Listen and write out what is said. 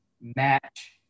match